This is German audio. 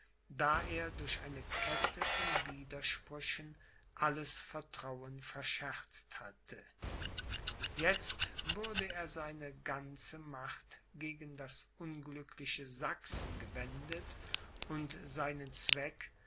da er durch eine kette von widersprüchen alles vertrauen verscherzt hatte jetzt würde er seine ganze macht gegen das unglückliche sachsen gewendet und seinen zweck